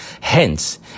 Hence